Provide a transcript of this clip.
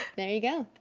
there you go,